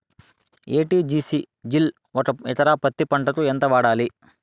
ఎ.టి.జి.సి జిల్ ఒక ఎకరా పత్తి పంటకు ఎంత వాడాలి?